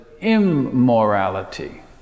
immorality